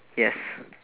yes